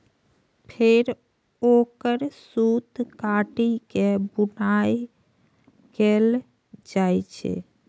फेर ओकर सूत काटि के बुनाइ कैल जाइ छै